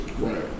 Right